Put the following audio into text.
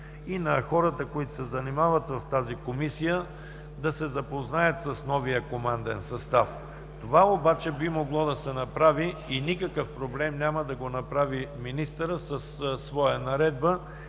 и на хората, които се занимават в тази Комисия, да се запознаят с новия команден състав. Това обаче би могло да се направи и няма никакъв проблем да го направи министърът със своя наредба.